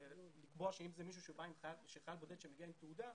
לקבוע שאם זה חייל בודד שמגיע עם תעודה,